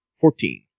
Fourteen